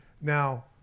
Now